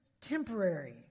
temporary